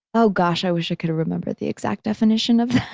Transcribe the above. oh gosh, i wish i could remember the exact definition of